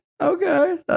okay